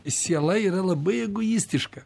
siela yra labai egoistiška